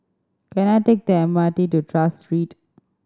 can I take the M R T to Tras Street